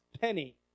penny